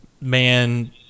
man